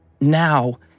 Now